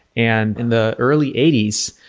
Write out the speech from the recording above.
and in the early eighty s,